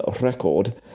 record